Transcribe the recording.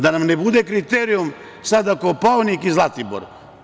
Da nam ne bude kriterijum sada Kopaonik i Zlatibor.